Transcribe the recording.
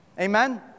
Amen